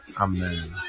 Amen